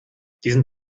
diesen